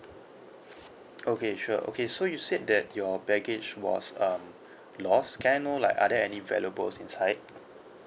okay sure okay so you said that your baggage was um lost can I know like are there any valuables inside